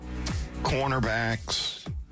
cornerbacks